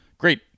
Great